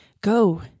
Go